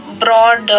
broad